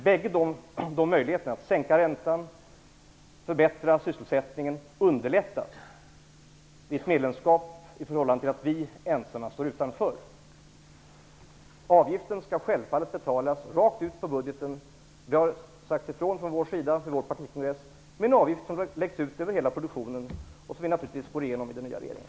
Båda dessa möjligheter, dvs. sänkta räntor och förbättrad sysselsättning, underlättar vid ett medlemskap i förhållande till att Sverige står ensamt utanför. Avgiften skall självfallet betalas rakt ur budgeten. Vi har vid vår partikongress sagt ifrån att avgiften skall läggas ut på hela produktionen, och det skall naturligtvis gå igenom i den nya regeringen.